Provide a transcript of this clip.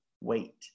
Wait